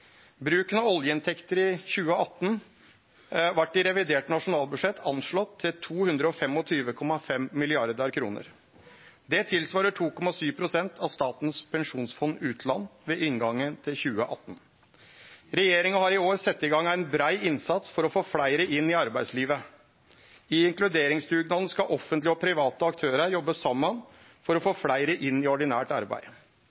Bruken av oljeinntekter i 2018 vart i revidert nasjonalbudsjett anslått til 225,5 mrd. kr. Det svarar til 2,7 pst. av Statens pensjonsfond utland ved inngangen til 2018. Regjeringa har i år sett i gang ein brei innsats for å få fleire inn i arbeidslivet. I inkluderingsdugnaden skal offentlege og private aktørar jobbe saman for å